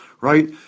Right